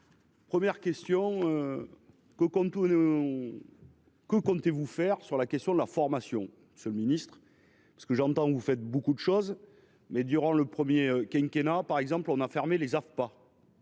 Que tout nous. Que comptez-vous faire sur la question de la formation sur le Ministre parce que j'entends, vous faites beaucoup de choses mais durant le premier quinquennat par exemple on a fermé les AFPA.